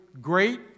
great